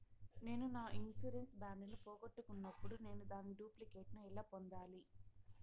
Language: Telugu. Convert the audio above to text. నేను నా ఇన్సూరెన్సు బాండు ను పోగొట్టుకున్నప్పుడు నేను దాని డూప్లికేట్ ను ఎలా పొందాలి?